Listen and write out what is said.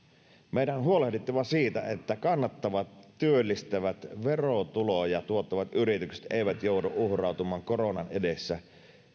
meidän on huolehdittava siitä että kannattavat työllistävät verotuloja tuottavat yritykset eivät joudu uhrautumaan koronan edessä